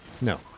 No